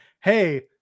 Hey